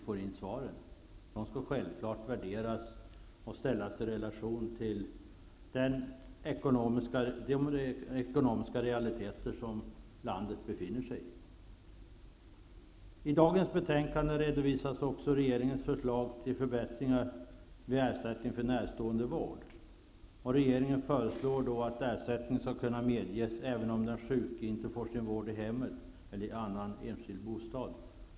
De skall självfallet värderas och ställas i relation till de ekonomiska realiteter som landet befinner sig i. I dagens betänkande redovisas också regeringens förslag till förbättringar vid ersättning för närståendevård. Regeringen föreslår att ersättning skall kunna medges även om den sjuke inte får sin vård i hemmet eller i annan enskild bostad.